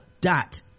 dot